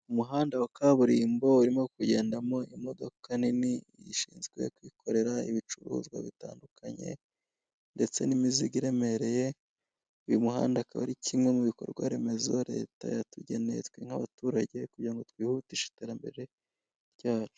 Umuhanda wa kaburimbo urimo kugendamo imodoka nini, ishinzwe kwikorera ibicuruzwa bitandukanye ndetse n'imizigo iremereye. Uyu muhanda akaba ari kimwe mu bikorwaremezo Leta yatugeneye twe nk'abaturage kugira ngo twihutishe iterambere ryacu.